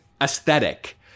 aesthetic